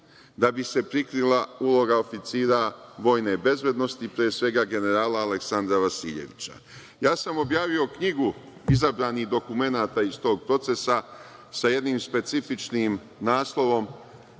da bi se prikrila uloga oficira vojne bezbednosti, pre svega generala Aleksandra Vasiljevića. Ja sam objavio knjigu izabranih dokumenata iz tog procesa sa jednim specifičnim naslovom,